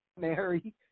Mary